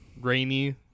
rainy